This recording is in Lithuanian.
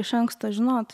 iš anksto žinot